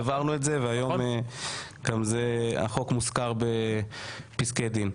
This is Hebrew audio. העברנו את זה והיום החוק מוזכר בפסקי דין.